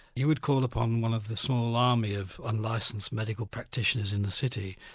you would call upon one of the small army of unlicenced medical practitioners in the city,